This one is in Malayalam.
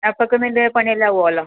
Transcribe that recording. അപ്പോഴേക്കും നിൻ്റെ പണി എല്ലാം ആവുമോ എല്ലാം